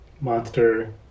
monster